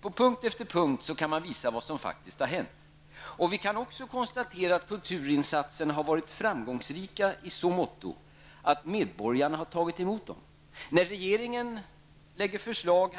På punkt efter punkt kan man visa vad som faktiskt har hänt. Vi kan också konstatera att kulturinsatsen har varit framgångsrik i så motto att medborgarna har tagit emot den. Regeringen lade häromåret fram förslag